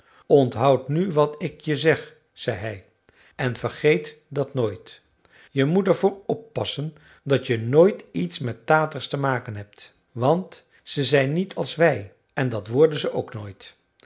onthoud nu wat ik je zeg zei hij en vergeet dat nooit je moet er voor oppassen dat je nooit iets met taters te maken hebt want ze zijn niet als wij en dat worden ze ook nooit